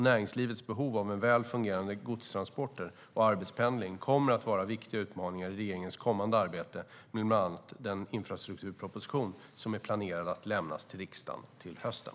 Näringslivets behov av väl fungerande godstransporter och arbetspendling kommer att vara viktiga utmaningar i regeringens kommande arbete med bland annat den infrastrukturproposition som är planerad att lämnas till riksdagen till hösten.